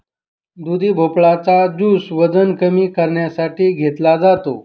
दुधी भोपळा चा ज्युस वजन कमी करण्यासाठी घेतला जातो